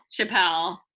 Chappelle